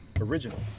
original